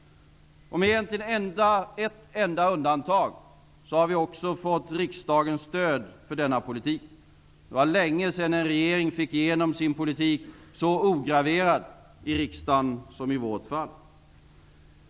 Med ett enda undantag har vi också fått riksdagens stöd för denna politik. Det var länge sedan en regering fick igenom sin politik så ograverad i riksdagen som i vårt fall.